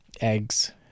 eggs